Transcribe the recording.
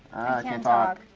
can't talk.